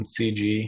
CG